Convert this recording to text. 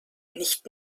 nicht